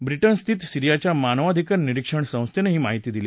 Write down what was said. Britain स्थित सिरीयाच्या मानवधिकार निरीक्षण संस्थेनं ही माहिती दिली